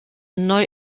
neu